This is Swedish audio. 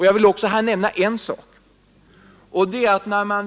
Jag vill också nämna en annan sak.